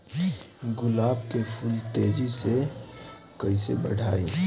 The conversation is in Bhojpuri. गुलाब के फूल के तेजी से कइसे बढ़ाई?